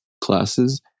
classes